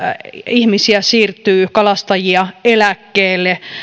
ihmisiä kalastajia siirtyy eläkkeelle